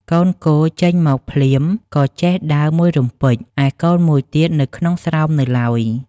កូនគោចេញមកភ្លាមក៏ចេះដើរមួយរំពេច ឯកូនមួយទៀតនៅក្នុងស្រោមនៅឡើយ ។